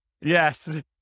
yes